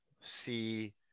see